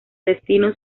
destino